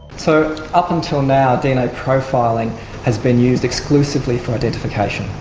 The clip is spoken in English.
so, up until now dna profiling has been used exclusively for identification,